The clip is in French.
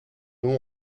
nom